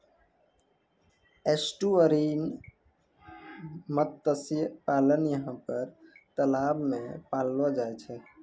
estuarine मत्स्य पालन यहाँ पर तलाव मे पाललो जाय छै